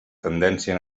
tendència